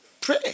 Pray